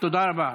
ומי מפקח על זה?